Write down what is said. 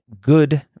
good